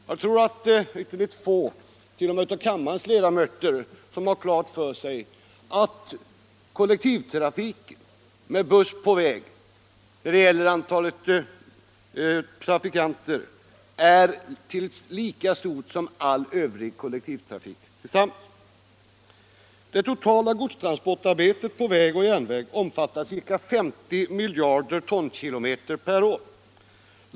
Jag tror att det är ytterligt få, t.o.m. av kammarens ledamöter, som har klart för sig att kollektivtrafik med buss på väg när det gäller antal trafikanter är lika stor som all övrig kollektivtrafik tillsammans. Det totala godstransportarbetet på väg och järnväg omfattar ca 50 miljarder tonkilometer per år.